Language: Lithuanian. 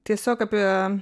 tiesiog apie